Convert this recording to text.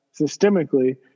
systemically